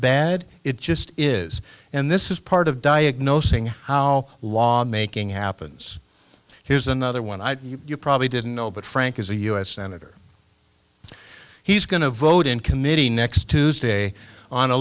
bad it just is and this is part of diagnosing how law making happens here's another one i you probably didn't know but frank is a u s senator he's going to vote in committee next tuesday on a